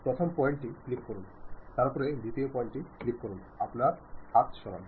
প্রথম পয়েন্টটি ক্লিক করুন তারপরে দ্বিতীয় পয়েন্টটি ক্লিক করুন আপনার হাত সরান